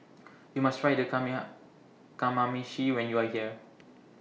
YOU must Try Kamameshi when YOU Are here